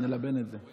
נלבן את זה.